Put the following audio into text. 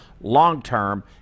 long-term